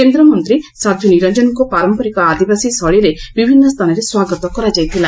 କେନ୍ଦରମନ୍ତୀ ସାଧ୍ୱୀ ନିରଞ୍ଞନଙ୍କୁ ପାରମ୍ପରିକ ଆଦିବାସୀ ଶୈଳୀରେ ବିଭିନ୍ନ ସ୍ତାନରେ ସ୍ୱାଗତ କରାଯାଇଥିଲା